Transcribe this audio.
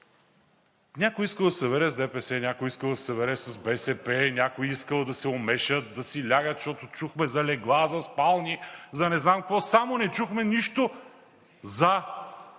Някой искал да се събере с ДПС, някой искал да се събере с БСП, някой искал да се омешат, да си лягат, защото чухме за легла, за спални, за не знам какво, само не чухме нищо за